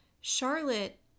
Charlotte